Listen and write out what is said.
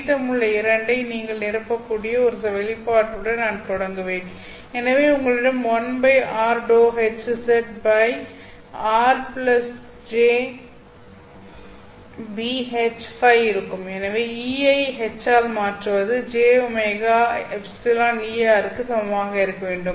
மீதமுள்ள இரண்டை நீங்கள் நிரப்பக்கூடிய ஒரு வெளிப்பாட்டுடன் நான் தொடங்குவேன் எனவே உங்களிடம் 1 r ∂H' z r jβHØ இருக்கும் எனவே E ஐ H ஆல் மாற்றுவது jωεEr க்கு சமமாக இருக்க வேண்டும்